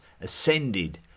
ascended